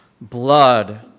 blood